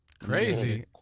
Crazy